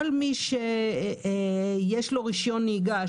כל מי שיש לו רשיון נהיגה,